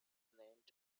named